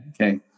okay